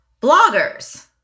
bloggers